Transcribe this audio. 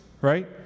right